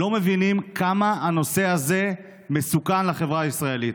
לא מבינים כמה הנושא הזה מסוכן לחברה הישראלית.